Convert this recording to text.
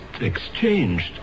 exchanged